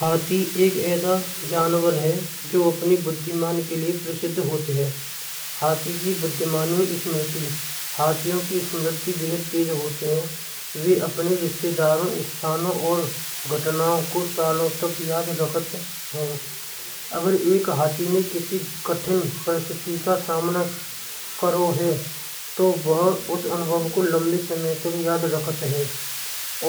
हाथी एक ऐसा जनावर है जो अपनी बुद्धिमान के लिए प्रसिद्ध होत हैं। हाथी की बुद्धिमानी स्मृति हाथियों की स्मृति बेहद तेज होत हैं। वह अपने रिश्तेदारों स्थानों। और घटनाओं को सालों तक याद रखत हैं। अगर एक हाथ पर किसी परिस्थिति का सामना करना है तो उसे अनुभव को लंबे समय तक याद रखना है।